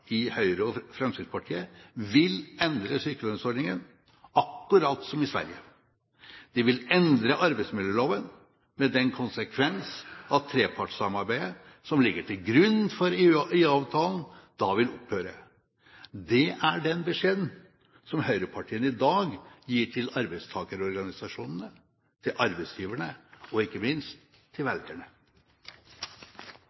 i Høyre og Fremskrittspartiet vil endre sykelønnsordningen, akkurat som i Sverige. De vil endre arbeidsmiljøloven med den konsekvens at trepartssamarbeidet som ligger til grunn for IA-avtalen, da vil opphøre. Det er den beskjeden som høyrepartiene i dag gir til arbeidstakerorganisasjonene, til arbeidsgiverne og ikke minst til